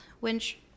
winch